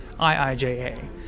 IIJA